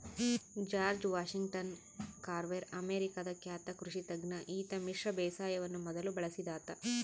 George Washington Carver ಅಮೇರಿಕಾದ ಖ್ಯಾತ ಕೃಷಿ ತಜ್ಞ ಈತ ಮಿಶ್ರ ಬೇಸಾಯವನ್ನು ಮೊದಲು ಬಳಸಿದಾತ